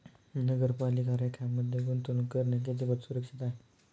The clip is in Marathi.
नगरपालिका रोख्यांमध्ये गुंतवणूक करणे कितपत सुरक्षित आहे?